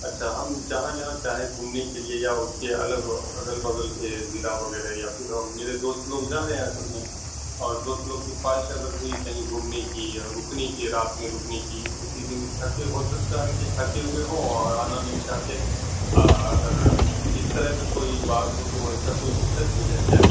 اچھا ہم جہاں جہاں چاہیں گھومنے کے لیے یا اس کے الگ اگل بغل کے ضلع وغیرہ یا پھر میرے دوست لوگ جا رہے ہیں اصل میں اور دوست لوگ کی خواہش اگر ہوئی کہیں گھومنے کی یا رکنے کی رات میں رکنے کی اسی دن تھکے ہو سکتا ہے کہ تھکے ہوئے ہوں اور آنا نہیں چاہتے اگر اس طرح کا کوئی بات ہو تو ویسا کوئی دقت بھی ہے کیا